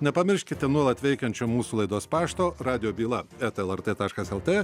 nepamirškite nuolat veikiančio mūsų laidos pašto radijo byla eta lrt taškas lt